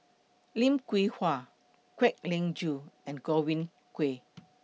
Lim Hwee Hua Kwek Leng Joo and Godwin Koay